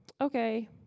okay